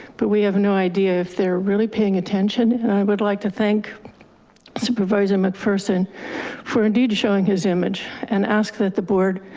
but we have no idea if they're really paying attention. and i would like to thank supervisor mcpherson for indeed showing his image and ask that the board,